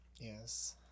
Yes